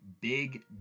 big